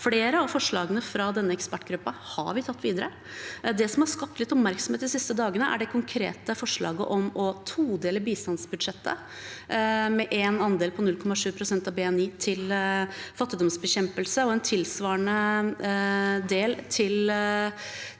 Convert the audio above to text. Flere av forslagene fra denne ekspertgruppen har vi tatt videre. Det som har skapt litt oppmerksomhet de siste dagene, er det konkrete forslaget om å todele bistandsbudsjettet med en andel på 0,7 pst. av BNI til fattigdomsbekjempelse og på sikt en tilsvarende del til